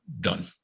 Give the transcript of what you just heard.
done